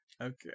Okay